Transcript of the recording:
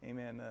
Amen